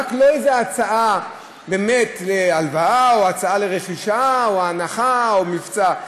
לא רק הצעה להלוואה או הצעה לרכישה או הנחה או מבצע.